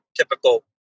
typical